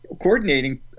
Coordinating